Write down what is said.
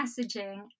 messaging